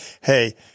hey